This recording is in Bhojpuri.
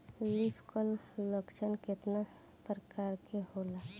लीफ कल लक्षण केतना परकार के होला?